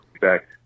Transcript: Back